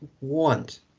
want